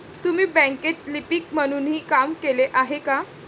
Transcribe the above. तुम्ही बँकेत लिपिक म्हणूनही काम केले आहे का?